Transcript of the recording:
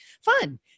fun